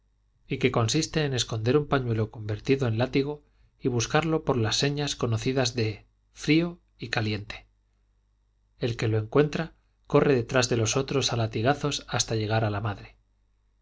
y que consiste en esconder un pañuelo convertido en látigo y buscarlo por las señas conocidas de frío y caliente el que lo encuentra corre detrás de los otros a latigazos hasta llegar a la madre